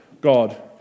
God